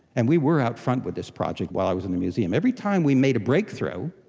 and we were out front with this project while i was in the museum, every time we made a breakthrough,